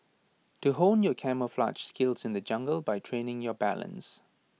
to hone your camouflaged skills in the jungle by training your balance